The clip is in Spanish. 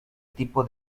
tipo